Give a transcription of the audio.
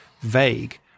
vague